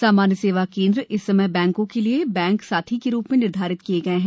सामान्य सेवा केंद्र इस समय बैंकों के लिए बैंक साथी के रूप में निर्धारित किए गए हैं